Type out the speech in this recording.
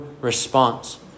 response